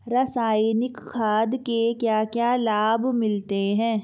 रसायनिक खाद के क्या क्या लाभ मिलते हैं?